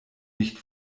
nicht